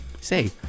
say